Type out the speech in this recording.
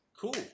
Cool